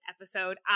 episode